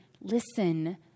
listen